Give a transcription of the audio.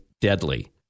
deadly